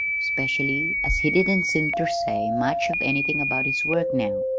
specially as he didn't seem ter say much of anything about his work now.